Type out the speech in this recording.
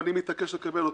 ואני מתעקש לקבל אותה: